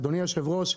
אדוני היו"ר,